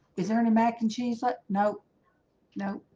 is there any mac and cheese like no no